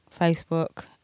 Facebook